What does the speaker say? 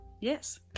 yes